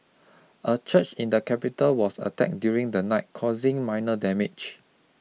a church in the capital was attacked during the night causing minor damage